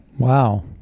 Wow